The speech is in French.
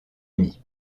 uni